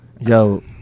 Yo